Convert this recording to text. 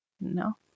No